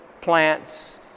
plants